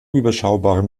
überschaubaren